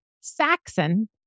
Saxon